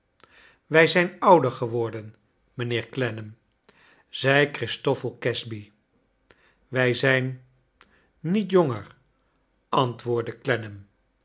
wrj zijn ouder geworden mijnheer clennam zei christoffel casby wij zijn niet jonger antwoordde